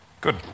Good